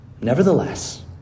Nevertheless